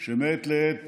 אתה